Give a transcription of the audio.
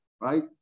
right